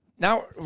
Now